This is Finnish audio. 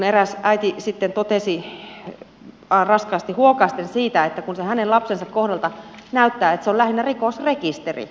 eräs äiti totesi raskaasti huokaisten että se hänen lapsensa kohdalla näyttää että se on lähinnä rikosrekisteri